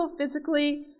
physically